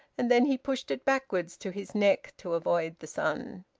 and then he pushed it backwards to his neck to avoid the sun.